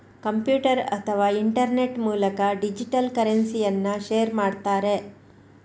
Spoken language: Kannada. ಕಂಪ್ಯೂಟರ್ ಅಥವಾ ಇಂಟರ್ನೆಟ್ ಮೂಲಕ ಡಿಜಿಟಲ್ ಕರೆನ್ಸಿಯನ್ನ ಶೇರ್ ಮಾಡ್ತಾರೆ